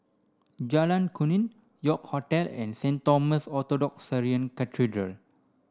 Jalan Kemuning York Hotel and Saint Thomas Orthodox Syrian Cathedral